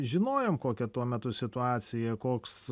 žinojom kokia tuo metu situacija koks